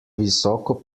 visoko